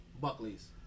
Buckley's